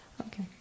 Okay